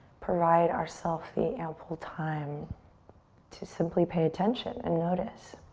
provide ourself the ample time to simply pay attention and notice.